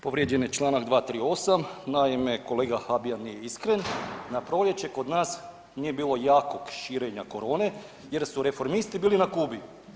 Povrijeđen je Članak 238., naime kolega Habijan nije iskren, na proljeće kod nas nije bilo jakog širenja korone jer su reformisti bili na Kubi.